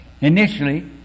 initially